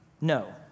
no